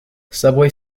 subway